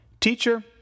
Teacher